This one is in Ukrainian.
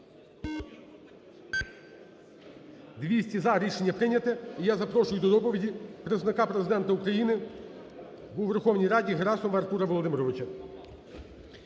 200 – "за". Рішення прийняте. І запрошую до доповіді Представника Президента України у Верховній Раді Герасимова Артура Володимировича.